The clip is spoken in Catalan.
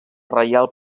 reial